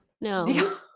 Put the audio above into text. No